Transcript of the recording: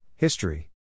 History